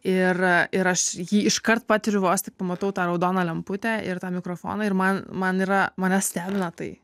ir ir aš jį iškart patiriu vos tik pamatau tą raudoną lemputę ir tą mikrofoną ir man man yra mane stebina tai